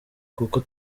kuko